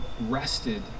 rested